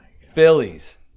phillies